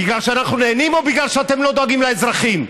בגלל שאנחנו נהנים או בגלל שאתם לא דואגים לאזרחים?